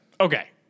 Okay